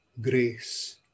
grace